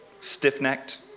stiff-necked